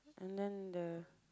and then the